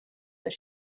that